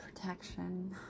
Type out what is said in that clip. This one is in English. protection